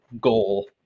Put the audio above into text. goal